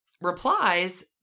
replies